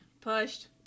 pushed